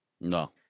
No